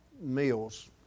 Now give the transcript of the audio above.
meals